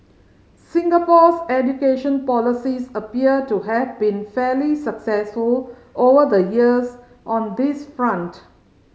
Singapore's education policies appear to have been fairly successful over the years on this front